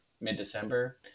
mid-December